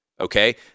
okay